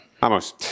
Vamos